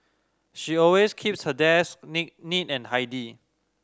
she always keeps her desk neat neat and tidy